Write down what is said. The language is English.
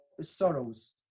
Sorrows